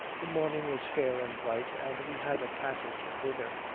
the morning was fair and bright, and we had a passage thither,